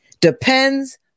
depends